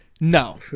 No